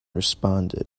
responded